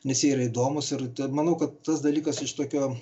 nes jie yra įdomūs ir manau kad tas dalykas iš tokio